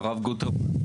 הרב גוטרמן,